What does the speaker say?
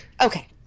Okay